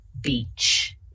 Beach